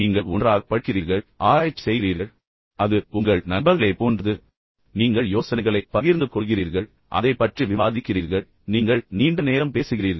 நீங்கள் ஒன்றாக படிக்கிறீர்கள் ஒன்றாக ஆராய்ச்சி செய்கிறீர்கள் அல்லது அது உங்கள் நண்பர்களைப் போன்றது பின்னர் நீங்கள் யோசனைகளைப் பகிர்ந்து கொள்கிறீர்கள் அதைப் பற்றி விவாதிக்கிறீர்கள் பின்னர் நீங்கள் நீண்ட நேரம் பேசுகிறீர்கள்